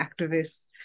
activists